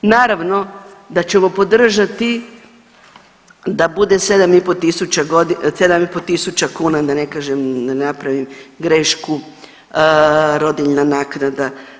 Naravno da ćemo podržati da bude 7,5 tisuća kuna da ne kažem, da ne napravim grešku, rodiljna naknada.